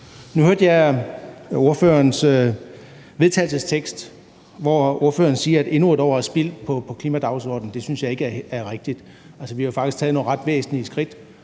Nu hørte jeg ordførerens vedtagelsestekst, hvor ordføreren siger, at endnu et år er spildt på klimadagsordenen. Det synes jeg ikke er rigtigt. Altså, vi har jo faktisk taget nogle ret væsentlige skridt